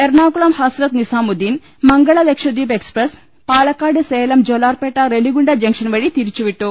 Ernakulam Hazrat Nizamuddin Mangala Lakshadweep express Palakkad Salem Jolarpettai Renigunta junction വഴി തിരിച്ചു വിട്ടു